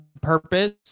purpose